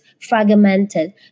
fragmented